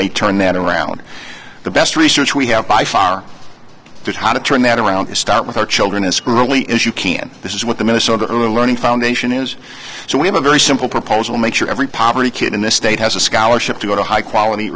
they turn that around the best research we have by far is how to turn that around to start with our children is really as you can this is what the minnesota early learning foundation is so we have a very simple proposal make sure every poverty kid in this state has a scholarship to go to high quality